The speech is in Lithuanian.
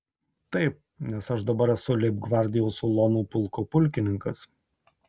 taip nes aš dabar esu leibgvardijos ulonų pulko pulkininkas